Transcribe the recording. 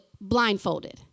blindfolded